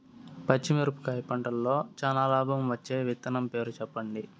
పచ్చిమిరపకాయ పంటలో చానా లాభం వచ్చే విత్తనం పేరు చెప్పండి?